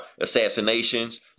assassinations